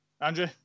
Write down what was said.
Andrew